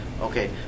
Okay